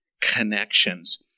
connections